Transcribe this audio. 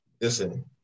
listen